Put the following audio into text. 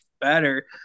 better